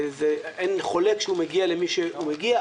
אין חולק שהוא מגיע למי שהוא מגיע,